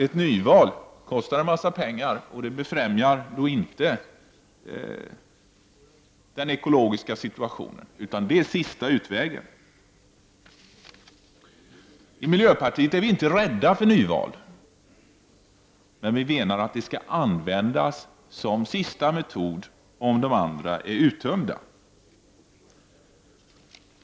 Ett nyval kostar en massa pengar, och det befrämjar inte ekologin. Ett nyval är sista utvägen. Vi i miljöpartiet är inte rädda för nyval, men vi menar att det skall användas som sista metod när de andra metoderna är uttömda.